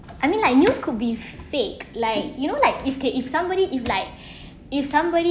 I mean like news could be fake like you know like if can if somebody if like if somebody